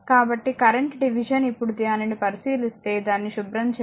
కాబట్టి current division ఇప్పుడు దానిని పరిశీలిస్తే దాన్ని శుభ్రం చేద్దాం